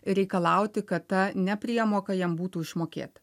reikalauti kad ta nepriemoka jam būtų išmokėta